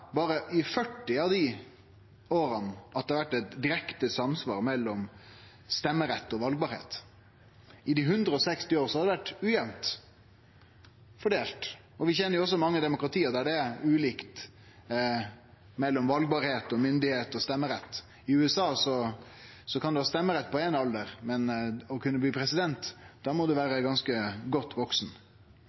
I 160 år har det vore ujamt fordelt. Vi kjenner også mange demokrati der det ikkje er samsvar mellom det å kunne stille til val, myndigheit og stemmerett. I USA kan ein ha stemmerett ved éin alder, men for å kunne bli president må ein vere godt